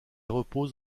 repose